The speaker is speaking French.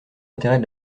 intérêts